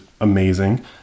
amazing